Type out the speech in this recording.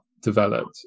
developed